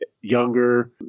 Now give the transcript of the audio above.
younger